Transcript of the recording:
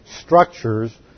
structures